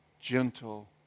gentle